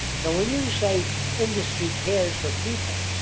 so when you say industry cares for people,